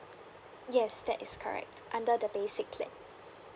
yes that is correct under the basic plan